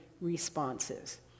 responses